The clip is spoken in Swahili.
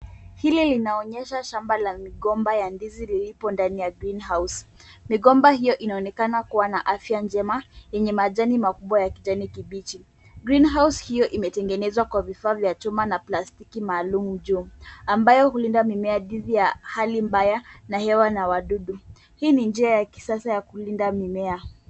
Hili linaonyesha shamba la migomba ya ndizi lilipo ndani ya greenhouse . Migomba hiyo inaonekana kuwa na afya njema yenye majani makubwa ya kijani kibichi. Greenhouse hiyo imetengenezwa kwa vifaa vya chuma na plastiki maalum juu, ambayo hulinda mimea dhidi ya hali mbaya na hewa na wadudu. Hii ni njia ya kisasa ya kulinda mimea.